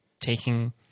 taking